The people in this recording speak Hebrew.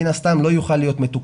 מן הסתם לא יוכל להיות מתוקצב.